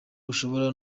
ushobora